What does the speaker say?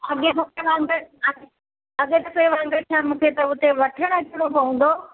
त मूंखे उते वठणु अचिणो पवंदो